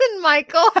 Michael